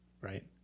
Right